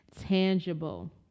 tangible